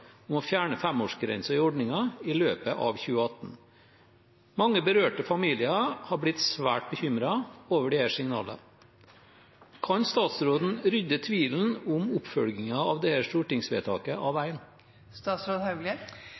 om å fjerne femårsgrensen i ordningen i løpet av 2018. Mange berørte familier har blitt svært bekymret over disse signalene. Kan statsråden rydde tvilen om oppfølgingen av dette stortingsvedtaket av